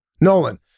Nolan